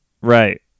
Right